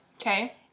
Okay